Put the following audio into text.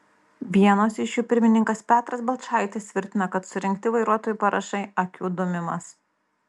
vienos iš jų pirmininkas petras balčaitis tvirtina kad surinkti vairuotojų parašai akių dūmimas